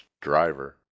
driver